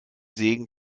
segen